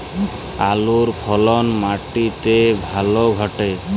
আলুর ফলন মাটি তে ভালো ঘটে?